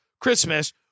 Christmas